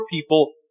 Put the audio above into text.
people